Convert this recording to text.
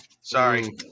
Sorry